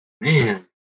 Man